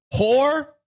whore